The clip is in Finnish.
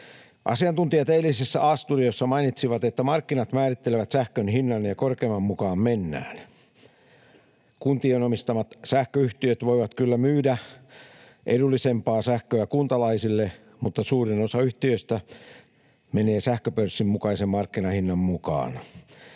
Asiantuntijat eilisessä A-studiossa mainitsivat, että markkinat määrittelevät sähkön hinnan ja korkeimman mukaan mennään. Kuntien omistamat sähköyhtiöt voivat kyllä myydä edullisempaa sähköä kuntalaisille, mutta suurin osa yhtiöistä menee sähköpörssin mukaisen markkinahinnan mukaan.